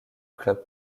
club